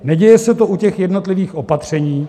Neděje se to u těch jednotlivých opatření.